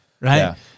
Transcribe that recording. right